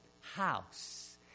House